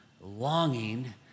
longing